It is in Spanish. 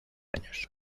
años